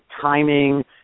timing